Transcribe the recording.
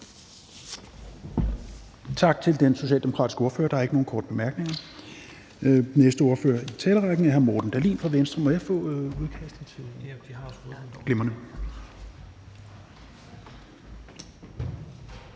Tak til den socialdemokratiske ordfører. Der er ikke nogen korte bemærkninger. Den næste ordfører i talerrækken er hr. Morten Dahlin fra Venstre. Værsgo. Kl. 16:42 (Ordfører) Morten Dahlin